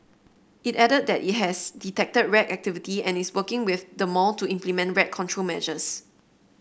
it added that it has detected rat activity and is working with the mall to implement rat control measures